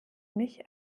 mich